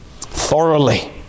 thoroughly